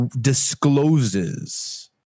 discloses